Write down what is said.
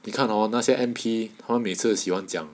你看 hor 那些 M_P 他们每次喜欢讲